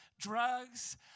drugs